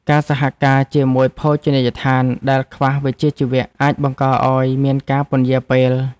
ការសហការជាមួយភោជនីយដ្ឋានដែលខ្វះវិជ្ជាជីវៈ អាចបង្កឱ្យមានការពន្យារពេល។